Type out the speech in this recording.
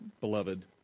beloved